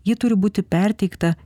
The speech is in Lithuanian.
ji turi būti perteikta